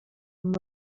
amb